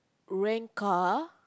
rent car